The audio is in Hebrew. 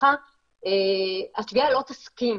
במשפחה התביעה לא תסכים